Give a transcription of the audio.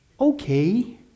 okay